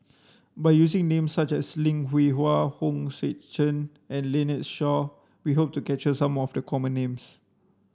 by using names such as Lim Hwee Hua Hong Sek Chern and Lynnette Seah we hope to capture some of the common names